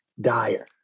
dire